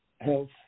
health